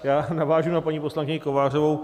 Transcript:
Já navážu na paní poslankyni Kovářovou.